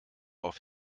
auf